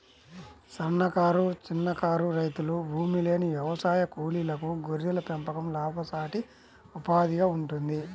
సన్నకారు, చిన్నకారు రైతులు, భూమిలేని వ్యవసాయ కూలీలకు గొర్రెల పెంపకం లాభసాటి ఉపాధిగా ఉంటుంది